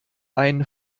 ein